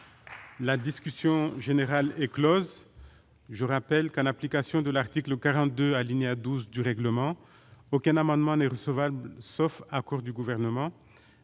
la commission mixte paritaire. Je rappelle que, en application de l'article 42, alinéa 12, du règlement, aucun amendement n'est recevable, sauf accord du Gouvernement.